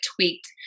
tweaked